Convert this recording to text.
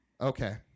Okay